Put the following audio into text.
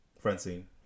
francine